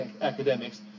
academics